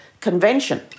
convention